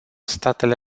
statele